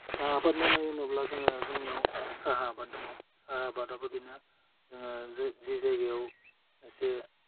साहा आबाद मावनाय होनोब्ला जोङो जोंनियाव साहा आबाद दङ साहा आबादाबो बिनो जोङो जि जायगायाव एसे